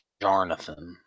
Jarnathan